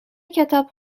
کتاب